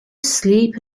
sleep